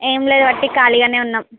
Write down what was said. ఏం లేదు ఒట్టి ఖాళీగానే ఉన్నాం